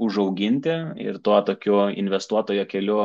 užauginti ir tuo tokiu investuotojo keliu